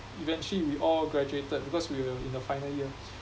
eventually we all graduated because we were in the final year